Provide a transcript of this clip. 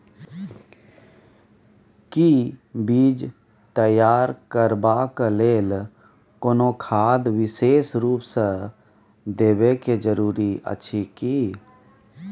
कि बीज तैयार करबाक लेल कोनो खाद विशेष रूप स देबै के जरूरी अछि की?